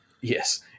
yes